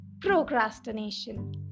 Procrastination